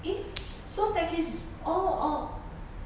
咦 so staircase is orh orh